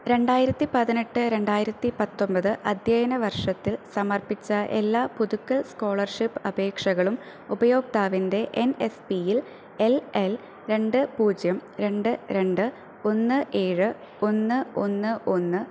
രണ്ടായിരത്തി പതിനെട്ട് രണ്ടായിരത്തി പത്തൊമ്പത് അധ്യയന വർഷത്തിൽ സമർപ്പിച്ച എല്ലാ പുതുക്കൽ സ്കോളർഷിപ്പ് അപേക്ഷകളും ഉപയോക്താവിൻ്റെ എൻ എസ് പിയിൽ എൽ എൽ രണ്ട് പൂജ്യം രണ്ട് രണ്ട് ഒന്ന് ഏഴ് ഒന്ന് ഒന്ന് ഒന്ന്